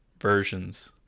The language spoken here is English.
versions